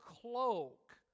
cloak